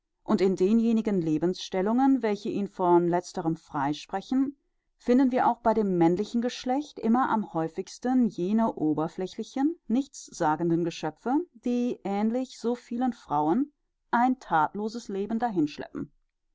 und in denjenigen lebensstellungen welche ihn von letzterem frei sprechen finden wir auch bei dem männlichen geschlecht immer am häufigsten jene oberflächlichen nichtssagenden geschöpfe die ähnlich so vielen frauen ein thatloses leben dahinschleppen